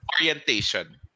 Orientation